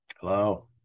Hello